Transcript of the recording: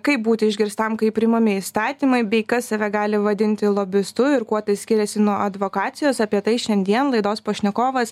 kaip būti išgirstam kai priimami įstatymai bei kas save gali vadinti lobistu ir kuo tai skiriasi nuo advokacijos apie tai šiandien laidos pašnekovas